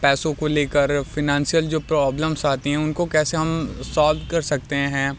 पैसों को ले कर फिनांसिअल जो प्रॉब्लम्स आती हैं उनको कैसे हम सोल्व कर सकते हैं